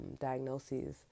diagnoses